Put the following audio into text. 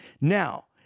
Now